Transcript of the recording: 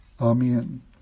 Amen